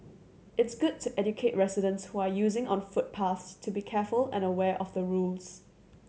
it's good to educate residents who are using on footpaths to be careful and aware of the rules